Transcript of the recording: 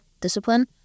discipline